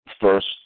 first